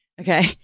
Okay